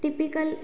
typical